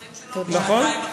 אמר את הדברים שלו וגם שעתיים אחרי.